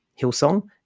Hillsong